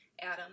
Adam